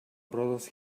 brothers